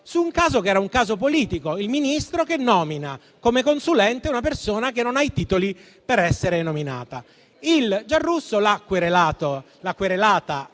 su un caso politico: il Ministro che nomina come consulente una persona che non ha i titoli per essere nominata. Il Giarrusso ha querelato la Iori